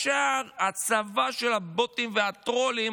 ישר הצבא של הבוטים והטרולים